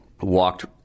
walked